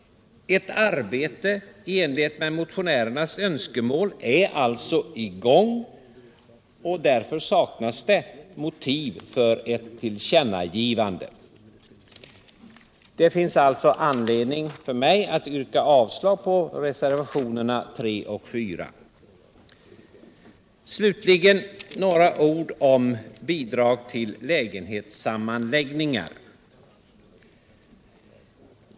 Ett arbete i enlighet med motionärernas önskemål är alltså i gång, och därför saknas motiv för ett tillkännagivande. Det finns alltså anledning för mig att yrka avslag på reservationerna 3 och 4. Slutligen några ord om bidrag till liäigenhetssam manläggningar.